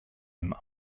him